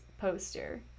poster